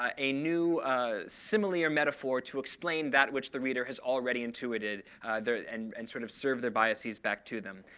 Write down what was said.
ah a new simile or metaphor to explain that which the reader has already intuited and and sort of serve their biases back to them.